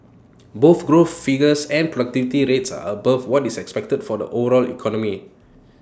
both growth figures and productivity rates are above what is expected for the overall economy